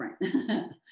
different